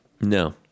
No